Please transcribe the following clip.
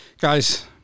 Guys